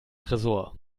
tresor